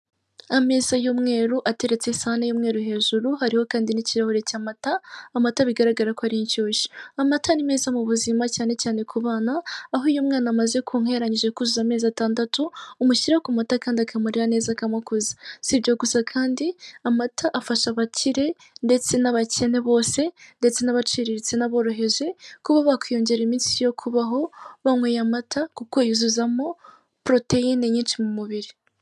Ameza y'umweru ateretse isahahani y'umweru hejuru, hariho kandi n'kirahure cy'amata; amata bigaragara ko ari inshyushyu. Amata ni meza mu buzima cyane cyane ku bana, aho iyo umwana amaze konka yarangije kuzuza amezi atandatu, umushyira ku mata kandi akamurera neza akamukuza. Sibyo gusa kandi amata afasha abakire ndetse n'abakene bose ndetse n'abaciriritse n'aboroheje, kuba bakwiyongera iminsi yo kubaho banyweye amata, kuko yuzuzamo poroteyine nyinshi mu mubiri.